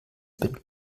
bin